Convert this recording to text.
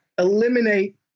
Eliminate